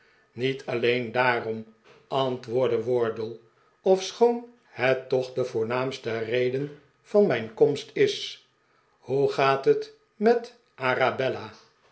niet alleen daarom antwoordde wardlie ofschoon het toch de voornaamste xeden van mijn komst is hoe gaat het met arabella